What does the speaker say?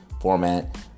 format